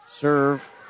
Serve